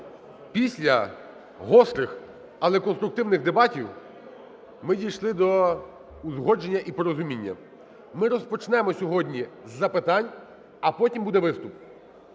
Після гострих, але конструктивних дебатів, ми дійшли до узгодження і порозуміння. Ми розпочнемо сьогодні з запитань, а потім будуть виступи.